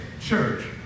church